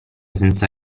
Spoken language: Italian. senza